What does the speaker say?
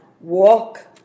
walk